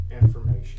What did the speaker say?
information